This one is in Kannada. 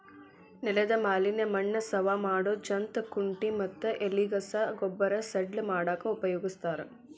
ನೆಲದ ಮ್ಯಾಲಿನ ಮಣ್ಣ ಸವಾ ಮಾಡೋ ಜಂತ್ ಕುಂಟಿ ಮತ್ತ ಎಲಿಗಸಾ ಗೊಬ್ಬರ ಸಡ್ಲ ಮಾಡಾಕ ಉಪಯೋಗಸ್ತಾರ